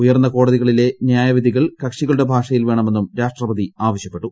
ഉയർന്ന കോടതികളിലെ ന്യായവിധികൾ കക്ഷികളുടെ ഭാഷയിൽ വേണമെന്നും രാഷ്ട്രപതി ആവശ്യപ്പെട്ടു